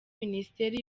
minisiteri